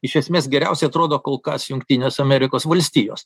iš esmės geriausiai atrodo kol kas jungtinės amerikos valstijos